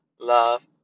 love